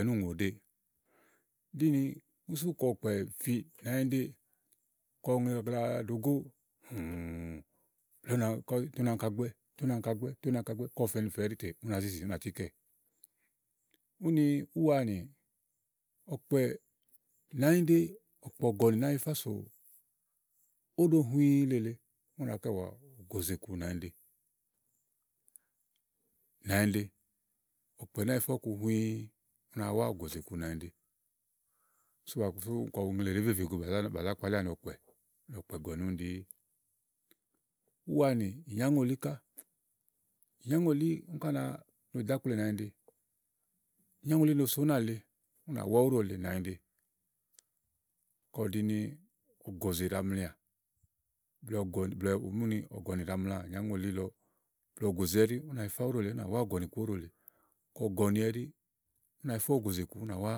níì ùŋòɖée ɖíni ùnisu kàyi ɔ̀kpɛ̀ fi nànyiɖe ɔwɛ gagla ɖògóò étè ú nàŋka gbɛ̀, Kàɖi ɔ̀fɛ̀nifɛ̀ ɛɖí ètè ù na zizi tikɛ. Ùni ùwanì ɔ̀kpɛ̀ nànyiɖe ɔ̀kpɛ̀ nàa yifá só òɖo huî le èle ù na kɛ̀ wa ògòzè ku nànyiɖe ùni sù kàɖìì ù ŋle ɖèé vevè go bàzà kpalià ni ɔ̀kpɛ̀. Ɔ̀kpɛ̀ gɔ̀nì ùni ɖiì. Ùwànì ìnyàŋòlí kà no ɖò àkple nànyiɖe. Ìnyàŋòlí no só ùna ele nanyiɖe ù nà wà òɖòle. Kɔ ùɖini ògózè ɖàa mlià blɛ̀ɛ ùú mu ni ɔ̀gɔ̀ní ɖàa mla ìnyàŋòlí lɔ. Kàɖi ògòzè ɛɖi ùna yifà ɔ̀gɔ̀nì ku ódòle; ɔ̀gɔ̀nì ɛɖi ùna yifà ògòzè ù nà wà.